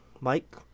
Mike